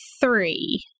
three